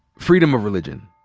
freedom of religion,